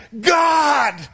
God